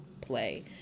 play